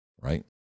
right